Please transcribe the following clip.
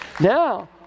Now